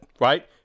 right